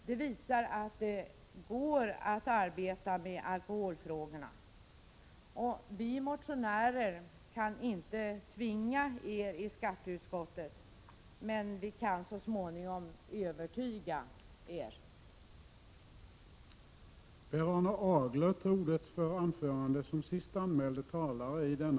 Det visar att det går att arbeta med alkoholfrågorna. Vi motionärer kan inte tvinga er i skatteutskottet, men vi kan så småningom övertyga er.